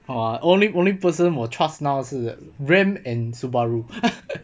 !wah! only only person 我 trust now 是 ram and subaru